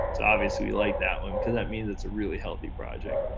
so obviously we like that one, cause that means it's a really healthy project.